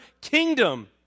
kingdom